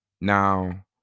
Now